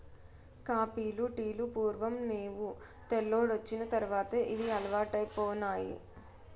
కాపీలు టీలు పూర్వం నేవు తెల్లోడొచ్చిన తర్వాతే ఇవి అలవాటైపోనాయి